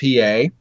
PA